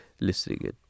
listening